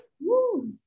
Woo